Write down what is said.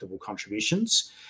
contributions